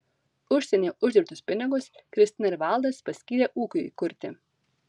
užsienyje uždirbtus pinigus kristina ir valdas paskyrė ūkiui įkurti